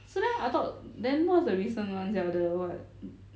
是 meh I thought then what's the recent [one] sia the what